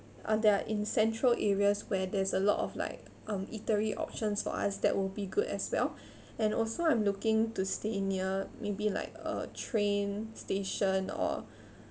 uh that are in central areas where there's a lot of like um eatery options for us that would be good as well and also I'm looking to stay near maybe like a train station or